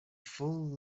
full